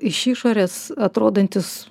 iš išorės atrodantis